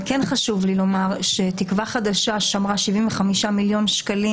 אבל כן חשוב לי לומר שתקווה חדשה שמרה 75 מיליון שקלים